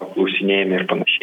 apklausinėjami ir panašiai